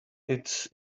it’s